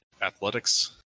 athletics